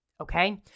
Okay